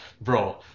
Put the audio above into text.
bro